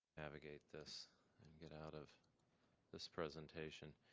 navigate this and get out of this presentation.